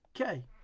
okay